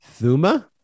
Thuma